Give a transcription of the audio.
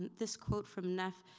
and this quote from nef